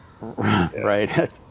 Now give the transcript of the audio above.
Right